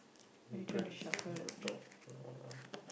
mm brands small talk no lah